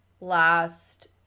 last